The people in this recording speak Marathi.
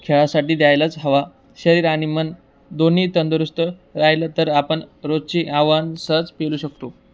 खेळासाठी द्यायलाच हवा शरीर आणि मन दोन्ही तंदुरुस्त राहिलं तर आपण रोजची आव्हानं सहज पेलू शकतो